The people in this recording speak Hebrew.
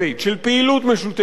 של פעילות משותפת,